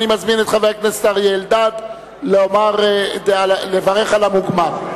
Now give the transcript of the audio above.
אני מזמין את חבר הכנסת אלדד לברך על המוגמר.